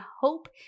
hope